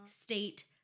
state